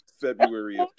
February